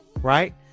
right